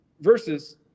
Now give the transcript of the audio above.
Versus